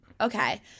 okay